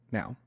now